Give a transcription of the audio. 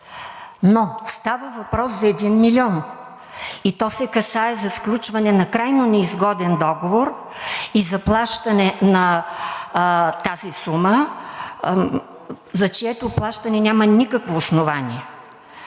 но става въпрос за един милион, и то се касае за сключване на крайно неизгоден договор и заплащане на тази сума, за чието плащане няма никакво основание.